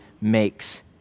makes